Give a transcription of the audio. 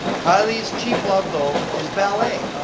kylie's chief love, though, is ballet.